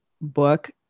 book